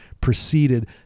proceeded